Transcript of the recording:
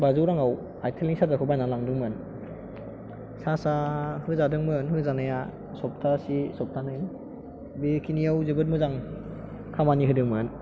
बाजौ रांआव आइटेल नि सार्जार खौ बायनानै लांदोंमोन सार्ज आ होजादोंमोन होजानाया सब्थासे सब्थानै बेखिनियाव जोबोद मोजां खामानि होदोंमोन